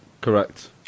Correct